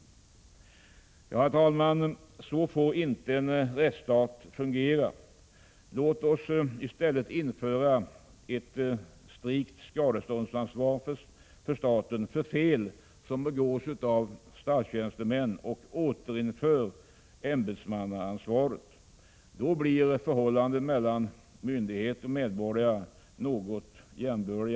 Nej, herr talman, så får inte en rättsstat fungera. Låt oss i stället införa ett strikt skadeståndsansvar för staten för fel som begås av statstjänstemän och återinföra ämbetsmannaansvaret. Då blir förhållandet mellan myndighet och medborgare något mer jämbördigt.